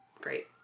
Great